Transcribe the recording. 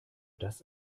das